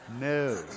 No